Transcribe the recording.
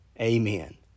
Amen